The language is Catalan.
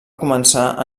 començar